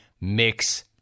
Mix